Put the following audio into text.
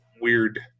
weird